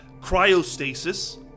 cryostasis